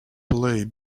play